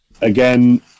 again